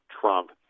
Trump